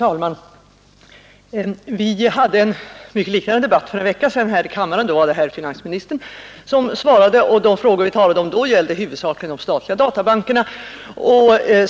Herr talman! Vi hade en liknande debatt här i kammaren för en vecka sedan. Då var det herr finansministern som svarade, och den frågan vi talade om då gällde huvudsakligen de statliga databankerna.